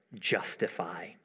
justify